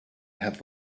have